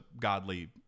godly